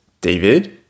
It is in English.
David